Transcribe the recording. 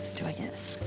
do i get,